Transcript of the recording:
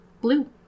blue